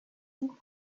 and